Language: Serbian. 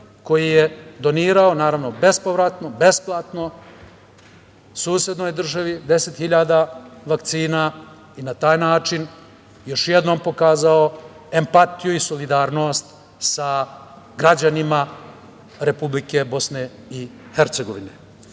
koji je donirao, naravno, bespovratno, besplatno susednoj državi 10.000 vakcina i na taj način još jednom pokazao empatiju i solidarnost sa građanima Republike BiH. To je